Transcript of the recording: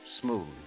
smooth